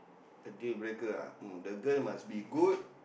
a deal breaker ah um the girl must be good